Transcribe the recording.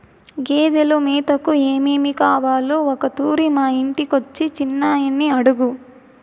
గేదెలు మేతకు ఏమేమి కావాలో ఒకతూరి మా ఇంటికొచ్చి చిన్నయని అడుగు